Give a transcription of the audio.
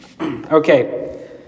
Okay